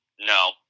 No